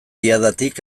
diadatik